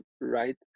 right